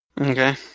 Okay